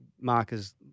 markers